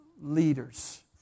leaders